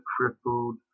crippled